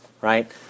Right